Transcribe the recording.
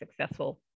successful